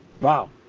Wow